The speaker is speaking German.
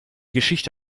geschichte